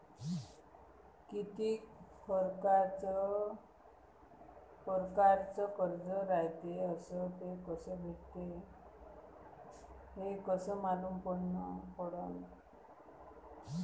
कितीक परकारचं कर्ज रायते अस ते कस भेटते, हे कस मालूम पडनं?